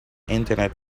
internet